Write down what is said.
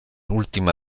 última